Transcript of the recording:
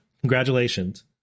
congratulations